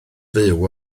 fyw